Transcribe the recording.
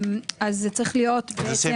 אז זה צריך להיות בעצם,